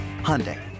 Hyundai